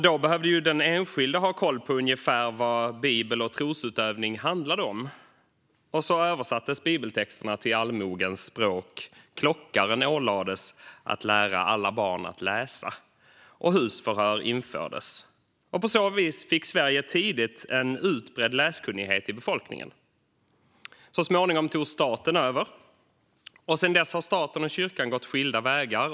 Då behövde den enskilde ha koll på ungefär vad bibeln och trosutövning handlade om. Därefter översattes bibeltexterna till allmogens språk. Klockaren ålades att lära alla barn att läsa, och husförhör infördes. På så vis fick Sverige tidigt en utbredd läskunnighet i befolkningen. Så småningom tog staten över. Sedan dess har staten och kyrkan gått skilda vägar.